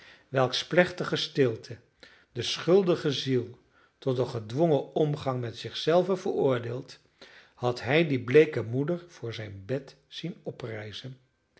welks plechtige stilte de schuldige ziel tot een gedwongen omgang met zichzelven veroordeelt had hij die bleeke moeder voor zijn bed zien